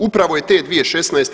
Upravo je te 2016.